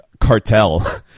cartel